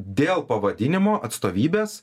dėl pavadinimo atstovybės